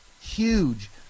huge